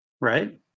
Right